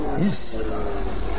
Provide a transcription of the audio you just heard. yes